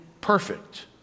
perfect